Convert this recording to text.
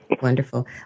Wonderful